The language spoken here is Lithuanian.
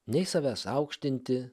nei savęs aukštinti